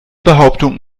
behauptung